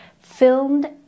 filmed